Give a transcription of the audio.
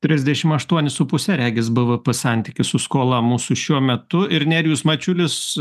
trisdešim aštuoni su puse regis bvp santykis su skola mūsų šiuo metu ir nerijus mačiulis